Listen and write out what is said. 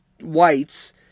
whites